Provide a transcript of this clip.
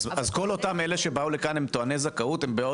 אז כל אלה שבאו לפה הם טועני זכאות.